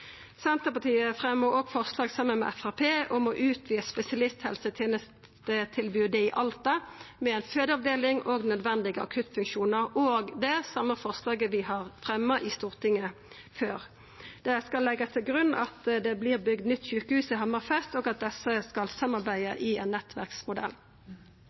Senterpartiet fremjar òg forslag saman med Framstegspartiet om å utvida spesialisthelsetenestetilbodet i Alta med ei fødeavdeling og nødvendige akuttfunksjonar – òg det same forslaget vi har fremja i Stortinget før. Det skal leggjast til grunn at det vert bygt nytt sjukehus i Hammerfest, og at desse skal